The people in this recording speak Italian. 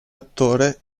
attore